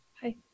Hi